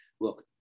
Look